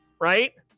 right